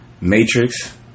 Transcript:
Matrix